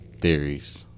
theories